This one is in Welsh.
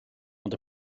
ond